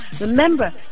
Remember